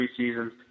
preseason